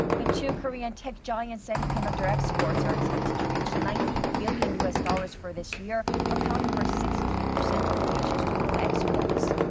the two korean tech giants' semiconductor exports are expected to reach ninety billion u s. dollars for this year, accounting for sixteen percent of the nation's total exports.